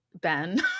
Ben